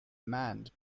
manned